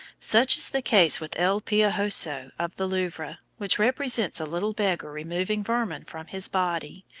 such is the case with el piojoso of the louvre, which represents a little beggar removing vermin from his body,